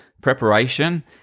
preparation